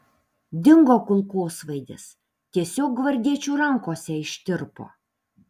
dingo kulkosvaidis tiesiog gvardiečių rankose ištirpo